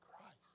Christ